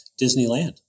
Disneyland